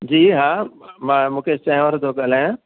जी हा मां मूंखे चांहि वारो थो ॻाल्हायां